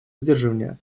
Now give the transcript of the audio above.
сдерживания